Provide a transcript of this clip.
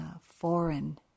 foreign